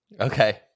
okay